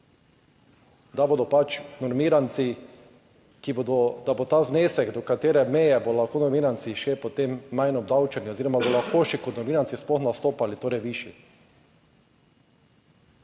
da bodo pač normiranci, ki bodo, da bo ta znesek, do katere meje bodo lahko normiranci še potem manj obdavčeni oziroma bodo lahko še kot novinanci sploh nastopali, torej višji.